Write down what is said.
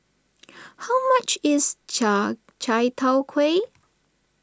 how much is Chai Tow Kuay